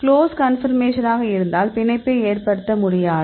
close confirmation ஆக இருந்தால் பிணைப்பை ஏற்படுத்த முடியாது